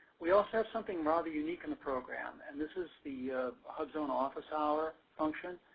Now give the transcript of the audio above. we also have something mildly unique in the program and this is the hubzone office hour function,